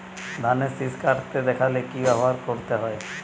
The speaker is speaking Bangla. ধানের শিষ কাটতে দেখালে কি ব্যবহার করতে হয়?